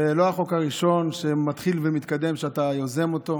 זה לא החוק הראשון שמתחיל ומתקדם שאתה יוזם אותו.